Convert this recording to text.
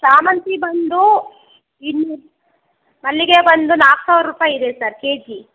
ಶಾಮಂತಿ ಬಂದು ಇನ್ನೂರು ಮಲ್ಲಿಗೆ ಬಂದು ನಾಲ್ಕು ಸಾವಿರ ರೂಪಾಯಿ ಇದೆ ಸರ್ ಕೆ ಜಿ